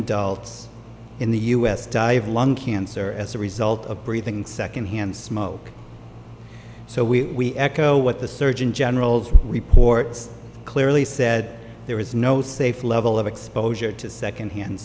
adults in the us die of lung cancer as a result of breathing second hand smoke so we echo what the surgeon general's report clearly said there is no safe level of exposure to secondhand